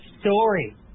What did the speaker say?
story